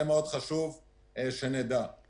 חשוב מאוד שנדע את זה.